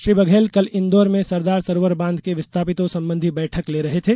श्री बघेल कल इंदौर में सरदार सरोवर बांध के विस्थापितों संबंधी बैठक ले रहे थे